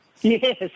Yes